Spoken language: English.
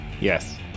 yes